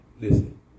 listen